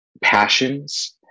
passions